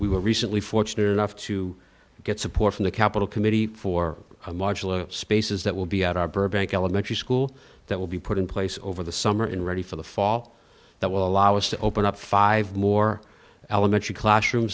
we were recently fortunate enough to get support from the capital committee for a modular spaces that will be at our burbank elementary school that will be put in place over the summer and ready for the fall that will allow us to open up five more elementary classroom